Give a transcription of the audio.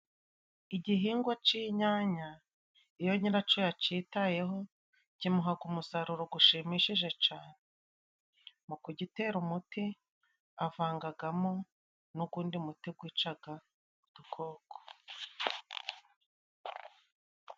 Igihingwa cy'inyanya, iyo nyiracyo yacyitayeho kimuha umusaruro ushimishije cyane, mu kugitera umuti avangamo n'undi muti wica udukoko.